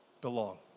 belong